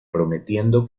prometiendo